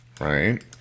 right